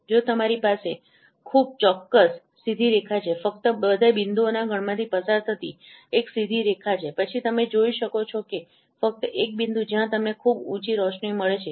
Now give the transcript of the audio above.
જો તમારી પાસે ખૂબ ચોક્કસ સીધી રેખા છે ફક્ત બધા બિંદુઓના ગણમાંથી પસાર થતી એક જ સીધી રેખા છે પછી તમે જોઈ શકો છો કે ફક્ત એક બિંદુ જ્યાં તમને ખૂબ ઉંચી રોશની મળે છે